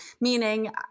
meaning